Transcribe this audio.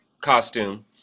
costume